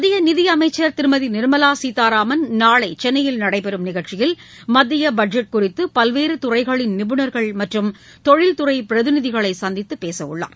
மத்திய நிதியமைச்சர் திருமதி நிர்மலா சீதாராமன் நாளை சென்னையில் நடைபெறும் நிகழ்ச்சியில் மத்திய பட்ஜெட் குறித்து பல்வேறு துறைகளின் நிபுணர்கள் மற்றும் தொழில்துறை பிரதிநிதிகளை சந்தித்து பேசவுள்ளார்